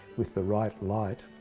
with the right light,